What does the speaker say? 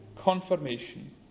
confirmation